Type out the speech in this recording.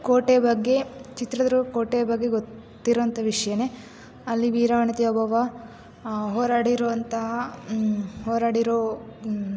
ಕೋಟೆ ಬಗ್ಗೆ ಚಿತ್ರದುರ್ಗದ ಕೋಟೆ ಬಗ್ಗೆ ಗೊತ್ತಿರುವಂತಹ ವಿಷಯನೇ ಅಲ್ಲಿ ವೀರ ವನಿತೆ ಓಬವ್ವ ಹೋರಾಡಿರುವಂತಹ ಹೋರಾಡಿರೋ